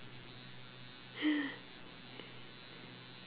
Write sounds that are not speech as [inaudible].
[noise]